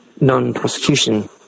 non-prosecution